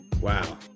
Wow